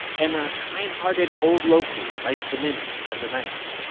and a kind-hearted old local invites them in to spend the night.